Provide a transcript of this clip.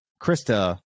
krista